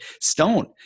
stone